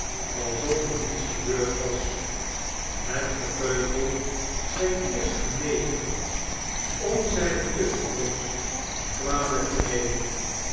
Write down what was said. alsof er niets gebeurd was het gepeupel scheen eerst genegen om zijne tusschenkomst kwalijk te nemen